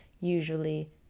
usually